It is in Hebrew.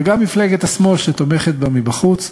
וגם מפלגת השמאל, שתומכת בה מבחוץ,